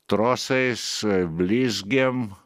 trosais blizgėm